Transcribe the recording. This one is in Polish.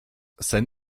sen